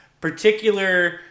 particular